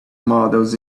models